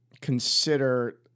consider